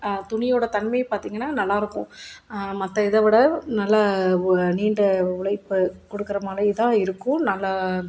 துணியோடய தன்மை பார்த்தீங்கன்னா நல்லாயிருக்கும் மற்ற இதை விட நல்லா உ நீண்ட உழைப்ப கொடுக்குற மாதிரிதான் இருக்கும் நல்லா